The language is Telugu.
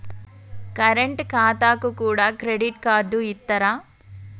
కరెంట్ ఖాతాకు కూడా క్రెడిట్ కార్డు ఇత్తరా?